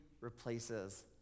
replaces